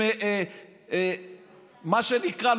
מה שנקרא,